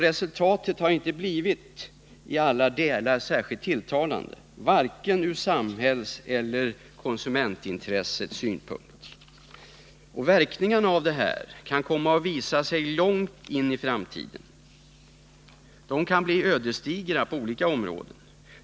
Resultatet har inte vare sig ur samhällseller ur konsumentintressets synpunkt blivit i alla delar särskilt tilltalande. Verkningarna härav kan komma att visa sig långt fram i tiden. De kan bli ödesdigra på olika områden.